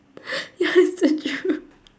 ya it's the truth